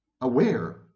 aware